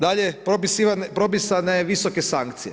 Dalje propisane su visoke sankcije.